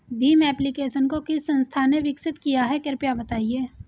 Bhim application को किस संस्था ने विकसित किया है कृपया बताइए?